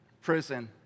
prison